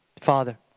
Father